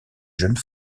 jeunes